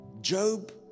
Job